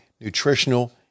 nutritional